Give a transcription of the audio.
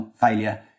failure